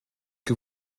que